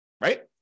Right